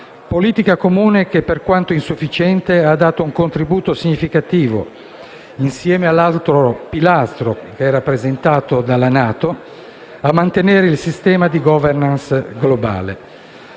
politica comune che, per quanto insufficiente, ha dato un contributo significativo, insieme all'altro pilastro rappresentato dalla NATO, a mantenere il sistema di *governance* globale.